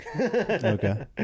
okay